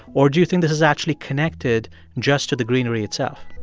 or do you think this is actually connected just to the greenery itself?